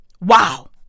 Wow